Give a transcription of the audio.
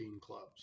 clubs